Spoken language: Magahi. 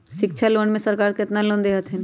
शिक्षा लोन में सरकार केतना लोन दे हथिन?